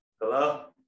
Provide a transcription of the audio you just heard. Hello